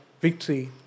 victory